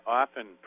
often